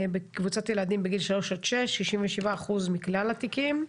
בקבוצות ילדים בגיל 3-6, 67% מכלל התיקים,